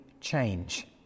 change